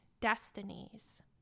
destinies